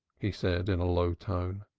he said, in a low tone.